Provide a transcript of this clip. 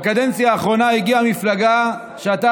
בקדנציה האחרונה הגיעה המפלגה שאתה,